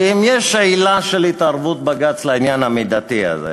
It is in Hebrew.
כי אם יש עילה של התערבות בג"ץ לעניין המידתי הזה,